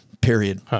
period